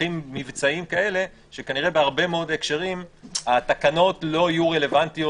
צרכים מבצעיים כאלה שכנראה בהרבה מאוד הקשרים התקנות לא יהיו רלוונטיות.